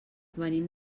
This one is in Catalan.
venim